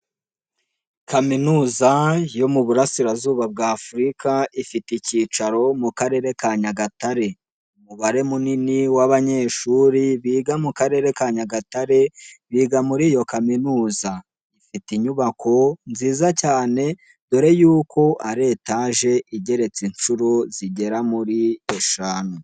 Kaminuza yo mu burasirazuba bwa afurika, ifite icyicaro mu karere ka Nyagatare. Umubare munini w'abanyeshuri biga mu karere ka Nyagatare, biga muri iyo kaminuza, ifite inyubako nziza cyane, dore yuko ari etaje igeretse inshuro zigera kuri eshanu.